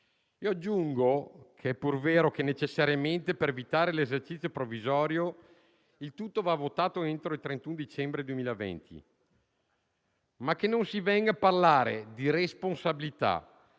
Aggiungo che è pur vero che necessariamente, per evitare l'esercizio provvisorio, il tutto va votato entro il 31 dicembre 2020, ma non si venga a parlare di responsabilità.